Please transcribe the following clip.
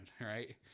right